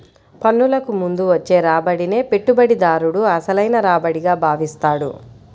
పన్నులకు ముందు వచ్చే రాబడినే పెట్టుబడిదారుడు అసలైన రాబడిగా భావిస్తాడు